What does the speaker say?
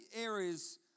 areas